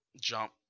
jump